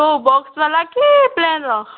କେଉଁ ବକ୍ସ ବାଲାକି ପ୍ଲେନ୍ର